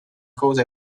cause